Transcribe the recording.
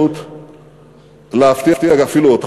אני מעריך שאולי תיווצר האפשרות להפתיע אפילו אותך,